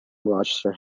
rochester